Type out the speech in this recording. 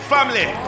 Family